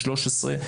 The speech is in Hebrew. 13,